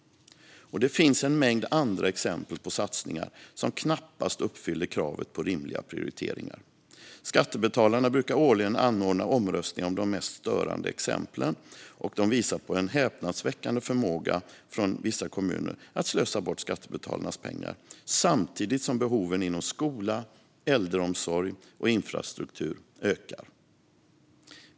Och det finns en mängd andra exempel på satsningar som knappast uppfyller kravet på rimliga prioriteringar. Skattebetalarna brukar årligen anordna omröstningar om de mest störande exemplen, och de visar på en häpnadsväckande förmåga från vissa kommuner att slösa bort skattebetalarnas pengar, samtidigt som behoven inom skola, äldreomsorg och infrastruktur ökar.